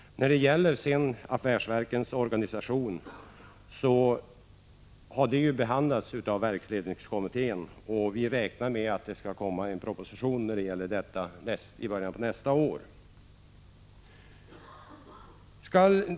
Affärsverkens organisation har behandlats av verksledningskommittén. Vi räknar med att det skall komma en proposition med anledning härav i början på nästa år.